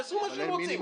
שיעשו מה שהם רוצים.